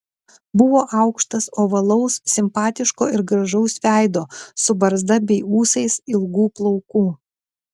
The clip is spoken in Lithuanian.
buvo aukštas ovalaus simpatiško ir gražaus veido su barzda bei ūsais ilgų plaukų